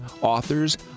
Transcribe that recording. authors